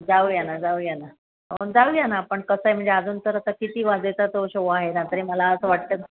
जाऊया ना जाऊया ना जाऊया ना आपण कसं आहे म्हणजे अजून तर आता किती वाजायचा तो शो आहे ना तरी मला असं वाटतं